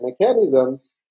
mechanisms